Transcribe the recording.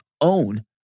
own